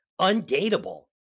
undateable